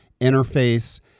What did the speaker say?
interface